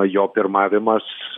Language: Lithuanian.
jo pirmavimas